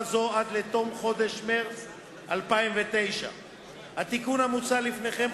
זו עד לתום חודש מרס 2009. התיקון המוצע לפניכם,